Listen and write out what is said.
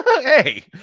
hey